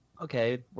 Okay